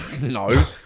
No